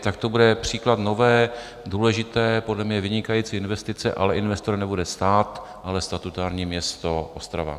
Tak to bude příklad nové, důležité, podle mě vynikající investice, ale investor nebude stát, ale statutární město Ostrava.